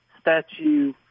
statue